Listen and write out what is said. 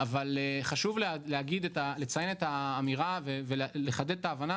אבל חשוב לציין את האמירה ולחדד את ההבנה